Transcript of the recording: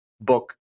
book